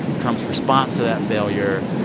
trump's response to that failure,